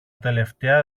τελευταία